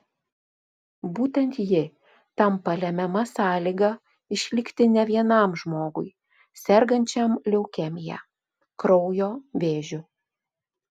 būtent ji tampa lemiama sąlyga išlikti ne vienam žmogui sergančiam leukemija kraujo vėžiu